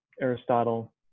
Aristotle